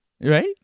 Right